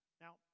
Now